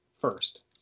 first